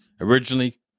originally